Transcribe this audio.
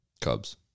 Cubs